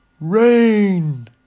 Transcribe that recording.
rain